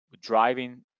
driving